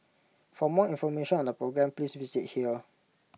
for more information on the programme please visit here